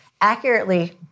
accurately